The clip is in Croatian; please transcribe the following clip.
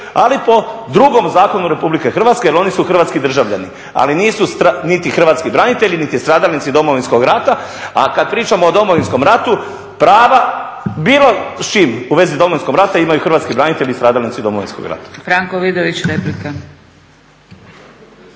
ali po drugom zakonu RH jer oni su Hrvatski državljani, ali nisu niti Hrvatski branitelji niti stradalnici Domovinskog rata, a kada pričamo o Domovinskom ratu, prava, bilo s čim u vezi Domovinskog rata, imaju Hrvatski branitelji i stradalnici Domovinskog rata. **Zgrebec, Dragica